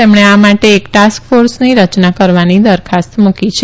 તેમણે આ માટે એક ટાસ્ક ફોર્સની રચના કરવાની દરખાસ્ત મુકી છે